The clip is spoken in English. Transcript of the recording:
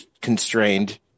constrained